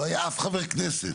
לא היה אף חבר כנסת,